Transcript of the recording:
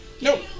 Nope